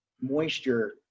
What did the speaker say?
moisture